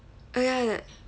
oh ya the